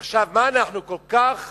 עכשיו, מה אנחנו כל כך